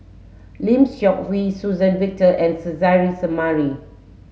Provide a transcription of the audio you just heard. Lim Seok Hui Suzann Victor and Suzairhe Sumari